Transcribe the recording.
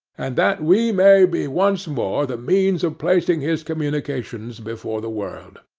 and that we may be once more the means of placing his communications before the world.